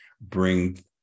bring